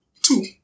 two